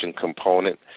component